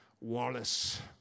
Wallace